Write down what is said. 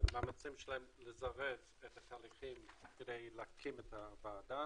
המאמצים שלהם לזרז את התהליכים כדי להקים את הוועדה.